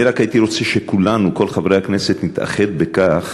הייתי רק רוצה שכולנו, כל חברי הכנסת, נתאחד בכך